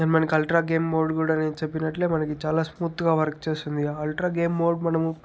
and మనకి ultra game mode కూడా నేను చెప్పినట్లే మనకి చాలా స్మూత్గా వర్క్ చేస్తుంది అల్ట్రా గేమ్ మోడ్ మనము